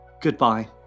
Goodbye